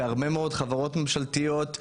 בהרבה מאוד חברות ממשלתיות,